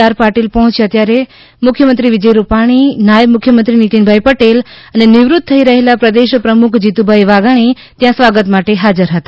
R પાટિલપહોચ્યા ત્યારે મુખ્યમંત્રી વિજય રૂપાણી નાયબ મુખ્ય મંત્રી નિતિનભાઈપટેલ અને નિવૃત થઈ રહેલા પ્રદેશ પ્રમુખ જીતુભાઈ વાઘાણી ત્યાં સ્વાગત માટે હાજર હતા